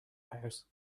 house